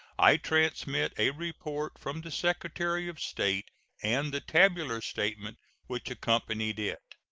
i transmit a report from the secretary of state and the tabular statement which accompanied it.